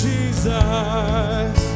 Jesus